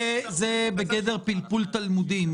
זה בגדר פלפול תלמודי.